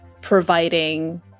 providing